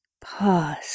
Pause